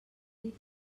dir